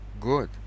good